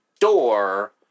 Door